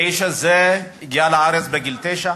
האיש הזה הגיע לארץ בגיל תשע,